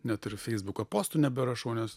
net ir feisbuko postų neberašau nes